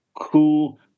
cool